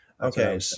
Okay